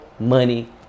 money